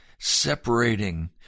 separating